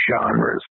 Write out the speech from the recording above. genres